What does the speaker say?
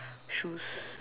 shoes